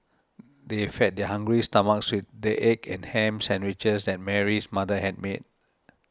they fed their hungry stomachs with the egg and ham sandwiches that Mary's mother had made